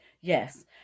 Yes